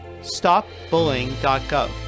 stopbullying.gov